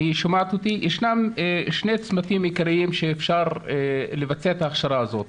ישנם שני צמתים עיקריים שאפשר לבצע את ההכשרה הזאת.